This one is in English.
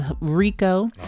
rico